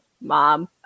mom